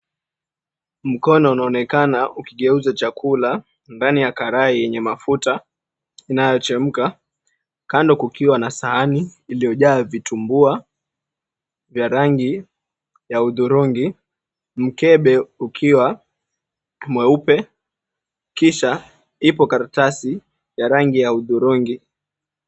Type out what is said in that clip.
Mkono unaonekana ukigeuza chakula ndani ya karai yenye mafuta inayochemka, kando kukiwa na sahani iliyojaa vitumbua vya rangi ya hudhurungi, mkebe ukiwa mweupe kisha ipo karatasi ya rangi ya hudhurungi.